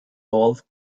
both